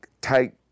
tight